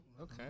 Okay